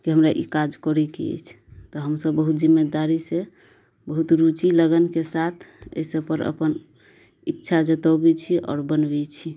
कि हमरा ई काज करैके अछि तऽ हमसभ बहुत जिम्मेदारी से बहुत रुचि लगनके साथ एहिसँ पर अपन इच्छा जतबै छी आओर बनबै छी